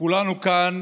כולנו כאן